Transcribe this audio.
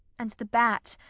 and the bat,